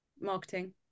marketing